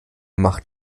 macht